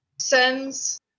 sends